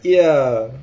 ya